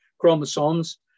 chromosomes